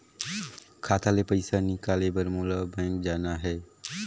खाता ले पइसा निकाले बर मोला बैंक जाना हे?